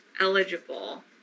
eligible